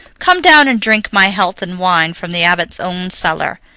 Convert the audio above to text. come down and drink my health in wine from the abbot's own cellar.